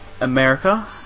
America